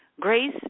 Grace